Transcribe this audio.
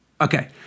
Okay